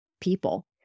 people